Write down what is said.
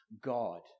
God